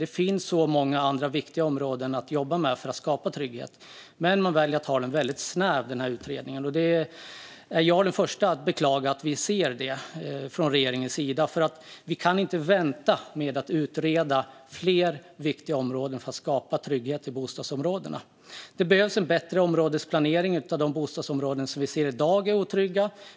Det finns så många andra viktiga områden att jobba med för att skapa trygghet, men man väljer att göra utredningen snäv. Jag är den första att beklaga att vi ser detta från regeringens sida. Det går inte att vänta med att utreda fler viktiga områden för att skapa trygghet i bostadsområdena. Det behövs en bättre områdesplanering av de bostadsområden som vi i dag ser är otrygga.